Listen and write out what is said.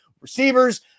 receivers